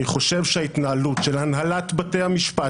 אני חושב שההתנהלות של הנהלת בתי המשפט,